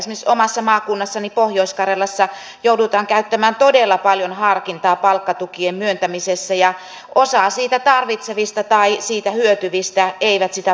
esimerkiksi omassa maakunnassani pohjois karjalassa joudutaan käyttämään todella paljon harkintaa palkkatukien myöntämisessä ja osa sitä tarvitsevista tai siitä hyötyvistä ei sitä palkkatukea saa